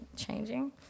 changing